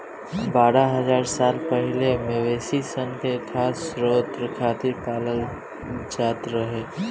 बारह हज़ार साल पहिले मवेशी सन के खाद्य स्रोत खातिर पालल जात रहे